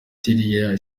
iriya